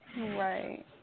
Right